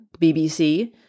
BBC